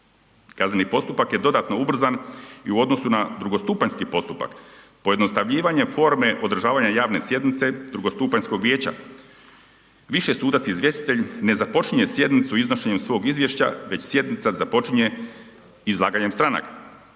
Kazneni postupak je dodatno ubrzan i u odnosu na drugostupanjski postupak, pojednostavljivanje forme održavanja javne sjednice drugostupanjskog vijeća, više sudac izvjestitelj ne započinje sjednicu iznošenjem svog izvješća već sjednica započinje izlaganjem stranaka